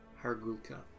Hargulka